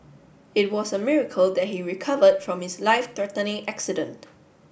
it was a miracle that he recovered from his life threatening accident